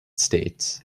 states